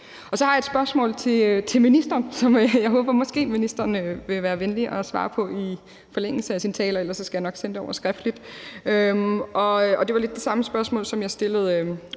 Og så har jeg et spørgsmål til ministeren, som jeg håber at ministeren måske vil være venlig at svare på i forlængelse af sin tale, og ellers skal jeg nok sende det over skriftligt. Det var lidt det samme spørgsmål, som jeg stillede